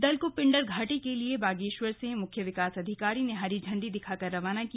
दल को पिंडर घाटी के लिए बागेश्वर से मुख्य विकास अधिकारी ने हरी झंडी दिखाकर रवाना किया